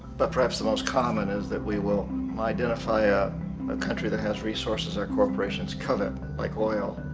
but perhaps the most common is that we will identify ah a country that has resources our corporations covet, like oil,